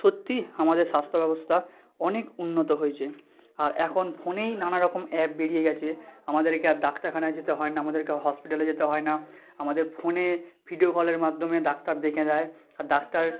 সত্যিই আমাদের স্বাস্থ্য ব্যবস্থা অনেক উন্নত হয়েছে আর এখন ফোনেই নানা রকম অ্যাপ বেরিয়ে গেছে আমাদেরকে আর ডাক্তারখানায় যেতে হয় না আমাদেরকে হসপিটালে যেতে হয় না আমাদের ফোনে ভিডিও কলের মাধ্যমে ডাক্তার দেখে দেয় আর ডাক্তার